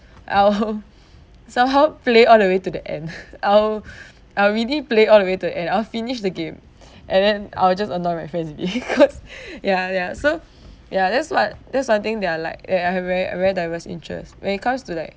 I'll so I'll play all the way to the end I'll I'll really play all the way to end I'll finish the game and then I will just annoy my friends with it cause ya ya so ya that's what that's one I thing that I like that I have very very diverse interest when it comes to like